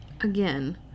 again